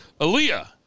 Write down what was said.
Aaliyah